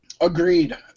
Agreed